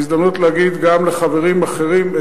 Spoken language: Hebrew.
זו הזדמנות להגיד גם לחברים אחרים,